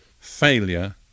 failure